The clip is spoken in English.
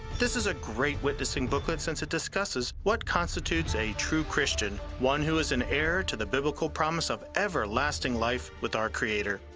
this is a great witnessing booklet since it discusses what constitutes a true christian one who is an heir to the biblical promise of every lasting life with our creator.